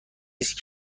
است